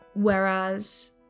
whereas